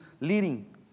leading